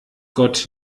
gott